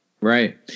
right